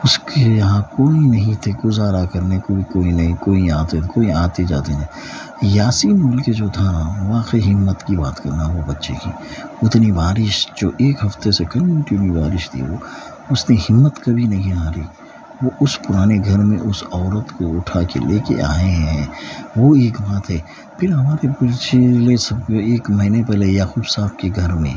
اس کے یہاں کوئی نہیں تھے گذارا کرنے کو کوئی نہیں کوئی آتے کوئی آتے جاتے نہیں یاسین بول کے جو تھا واقعی ہمت کی بات کرنا وہ بچے کی اتنی بارش جو ایک ہفتے سے کنٹینیو بارش تھی وہ اس نے ہمت کبھی نہیں ہاری وہ اس پرانے گھر میں اس عورت کو اٹھا کے لے کے آئے ہیں وہ ایک بات ہے پھر ہمارے ایک مہنے پہلے یعقوب صاحب کے گھر میں